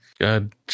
God